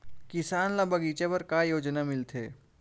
किसान ल बगीचा बर का योजना मिलथे?